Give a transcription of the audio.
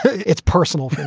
it's personal.